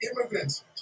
immigrants